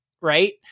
Right